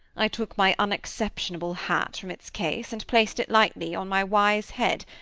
i took my unexceptionable hat from its case, and placed it lightly on my wise head,